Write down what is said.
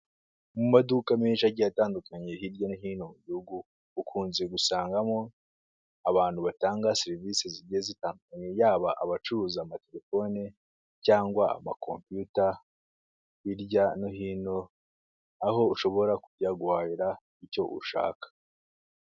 Mu maduka menshi agiye atandukanye hirya no hino mu gihugu, ukunze gusangamo abantu batanga serivisi zigiye zitandukanye, yaba abacuruza amaterefoni cyangwa amakompiyuta hirya no hino, aho ushobora kujya guhahira icyo ushaka.